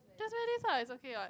just wear this ah it's okay what